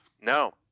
No